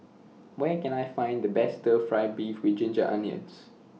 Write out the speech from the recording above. Where Can I Find The Best Stir Fry Beef with Ginger Onions